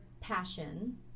passion